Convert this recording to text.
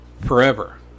forever